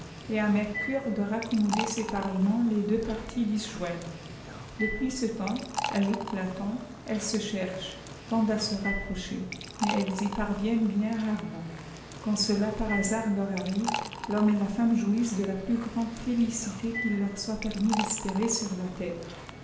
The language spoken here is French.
et à mercure de raccommoder séparément les deux parties disjointes depuis ce temps ajoute platon elles se cherchent tendent à se rapprocher mais elles y parviennent bien rarement quand cela par hasard leur arrive thomme et la femme jouissent de la plus grande félicité quil leur soit permis d'espérer sur la terre